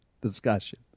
discussion